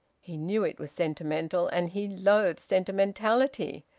he knew it was sentimental, and he loathed sentimentality.